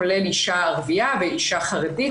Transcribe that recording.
כולל אישה ערבייה ואישה חרדית,